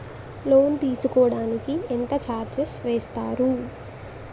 Loan తీసుకోడానికి ఎంత charges వేస్తారు?